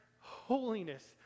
holiness